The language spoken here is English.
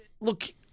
Look